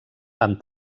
amb